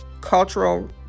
cultural